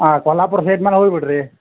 ಹಾಂ ಕೊಲ್ಲಾಪುರ್ ಸೈಡ್ ಮ್ಯಾಲ ಹೋಗಿ ಬಿಡ್ರಿ